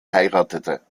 heiratete